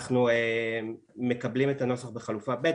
אנחנו מקבלים את הנוסח בחלופה ב'.